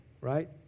right